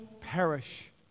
perish